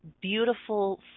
beautiful